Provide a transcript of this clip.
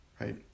right